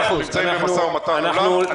אנחנו נמצאים במשא ומתן מולם.